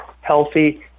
healthy